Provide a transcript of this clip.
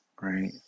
Right